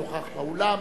הנוכח באולם.